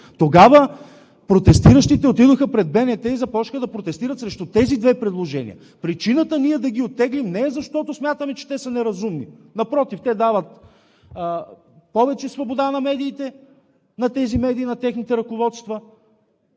тогава протестиращите отидоха пред БНТ и започнаха да протестират срещу тези две предложения. Причината ние да ги оттеглим не е, защото смятаме, че те са неразумни. Напротив, те дават повече свобода на тези медии и на техните ръководства.